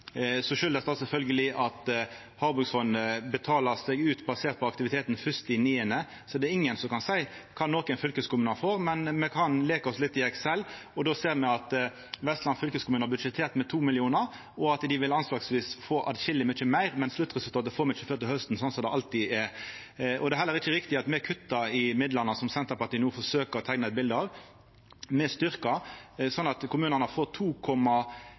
Så det er ingen som kan seia kva nokon fylkeskommune får. Me kan leika oss litt i Excel, og då ser me at Vestland fylkeskommune har budsjettert med 2 mill. kr, og at dei anslagsvis vil få atskilleg mykje meir. Men sluttresultatet får me ikkje før til hausten, sånn som det alltid er. Det er heller ikkje riktig at me kuttar i midlane, noko Senterpartiet no forsøkjer å teikna eit bilete av. Me styrkjer, sånn at havbrukskommunane har fått